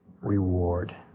reward